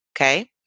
Okay